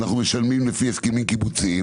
אנחנו משלמים לפי הסכמים קיבוציים,